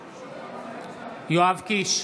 בעד יואב קיש,